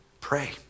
pray